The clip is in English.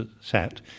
sat